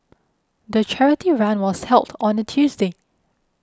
the charity run was held on a Tuesday